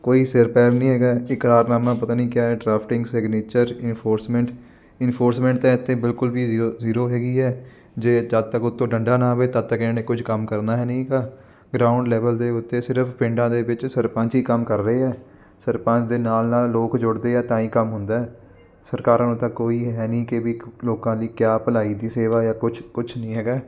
ਕੋਈ ਸਿਰ ਪੈਰ ਨਹੀਂ ਹੈਗਾ ਇੱਕਰਾਰਨਾਮਾ ਪਤਾ ਨਹੀਂ ਕਿਆ ਡਰਾਫਟਿੰਗ ਸਿਗਨੇਚਰ ਇਨਫੋਰਸਮੈਂਟ ਇਨਫੋਰਸਮੈਂਟ ਤਾਂ ਇੱਥੇ ਬਿਲਕੁਲ ਵੀ ਜ਼ੀਰੋ ਜ਼ੀਰੋ ਹੈਗੀ ਹੈ ਜੇ ਜਦੋਂ ਤੱਕ ਉਤੋਂ ਡੰਡਾ ਨਾ ਆਵੇ ਤਦ ਤੱਕ ਇਹਨਾਂ ਨੇ ਕੁਝ ਕੰਮ ਕਰਨਾ ਹੈ ਨਹੀਂ ਗਾ ਗਰਾਊਂਡ ਲੈਵਲ ਦੇ ਉੱਤੇ ਸਿਰਫ਼ ਪਿੰਡਾਂ ਦੇ ਵਿੱਚ ਸਰਪੰਚ ਹੀ ਕੰਮ ਕਰ ਰਹੇ ਹੈ ਸਰਪੰਚ ਦੇ ਨਾਲ ਨਾਲ ਲੋਕ ਜੁੜਦੇ ਆ ਤਾਂ ਹੀ ਕੰਮ ਹੁੰਦਾ ਸਰਕਾਰਾਂ ਨੂੰ ਤਾਂ ਕੋਈ ਹੈ ਨਹੀਂ ਕਿ ਵੀ ਇੱਕ ਲੋਕਾਂ ਲਈ ਕਿਆ ਭਲਾਈ ਦੀ ਸੇਵਾ ਜਾਂ ਕੁਛ ਕੁਛ ਨਹੀਂ ਹੈਗਾ